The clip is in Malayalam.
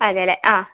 അതെ അല്ലെ അ